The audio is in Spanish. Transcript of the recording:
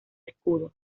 escudo